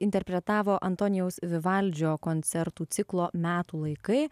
interpretavo antonijaus vivaldžio koncertų ciklo metų laikai